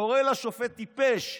וקורא לשופט "טיפש".